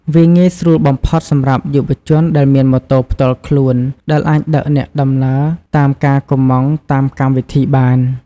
វាងាយស្រួលបំផុតសម្រាប់យុវជនដែលមានម៉ូតូផ្ទាល់ខ្លួន ដែលអាចដឹកអ្នកដំណើរតាមការកម្ម៉ង់តាមកម្មវិធីបាន។